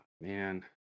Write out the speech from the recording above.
man